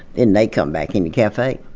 then they come back in the cafe.